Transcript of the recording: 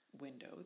window